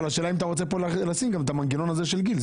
אבל השאלה אם אתה רוצה פה לשים גם את המנגנון הזה של גיל,